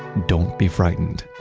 don't be frightened.